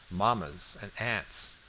mammas, and aunts.